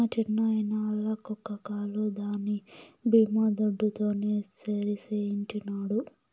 మా చిన్నాయిన ఆల్ల కుక్క కాలు దాని బీమా దుడ్డుతోనే సరిసేయించినాడు